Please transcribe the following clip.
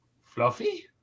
Fluffy